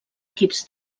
equips